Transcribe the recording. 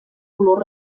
color